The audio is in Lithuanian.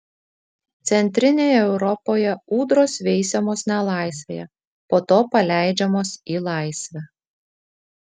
centrinėje europoje ūdros veisiamos nelaisvėje po to paleidžiamos į laisvę